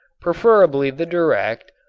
preferably the direct,